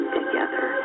together